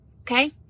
okay